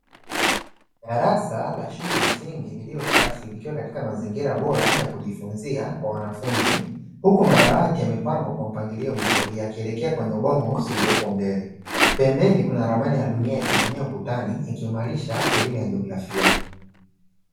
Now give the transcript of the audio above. Darasa la shule ya msingi lililo Safi likiwa katika mazingira yakujifunzia kwa wanafunzi, huku madawati yamepangwa kwa mpangilio mzuri yakiekekea kwenye ubao mweusi ulioko mbele, pembeni Kuna ramani ya dunia ikining'inia ukutani ikiashiria elimu ya jeografia.